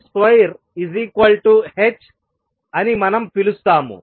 అని మనం పిలుస్తాము